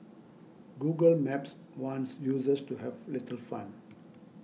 Google Maps wants users to have little fun